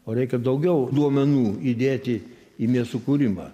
o reikia daugiau duomenų įdėti į nesukūrimą